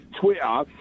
Twitter